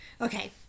Okay